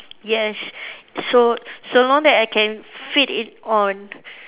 yes so so long that I can feed it on